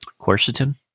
quercetin